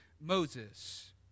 Moses